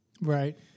Right